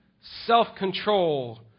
self-control